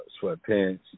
sweatpants